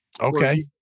okay